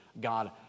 God